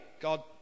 God